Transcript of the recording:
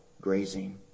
grazing